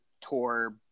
tour